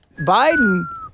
Biden